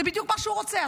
זה בדיוק מה שהוא רוצה.